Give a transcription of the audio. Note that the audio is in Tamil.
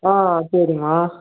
ஆ சரிங்கம்மா